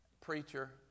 Preacher